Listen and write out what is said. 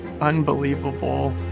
unbelievable